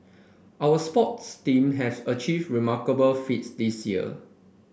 our sports team has achieved remarkable feats this year